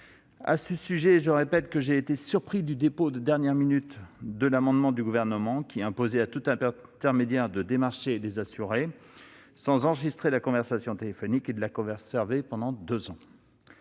Je le répète, j'ai été surpris du dépôt de dernière minute de l'amendement du Gouvernement tendant à imposer à tout intermédiaire, lors du démarchage des assurés, d'enregistrer la conversation téléphonique et de la conserver pendant deux ans.